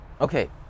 Okay